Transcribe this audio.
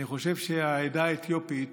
אני חושב שהעדה האתיופית